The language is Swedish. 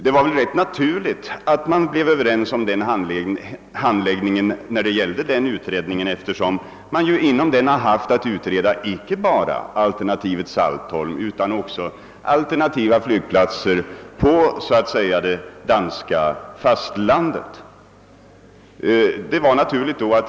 Det var väl rätt naturligt att man blev överens om denna handläggning, eftersom denna utredning har haft att undersöka icke bara projektet Saltholm utan även alternativa flygplatser på det danska fastlandet.